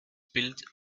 bild